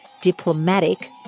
diplomatic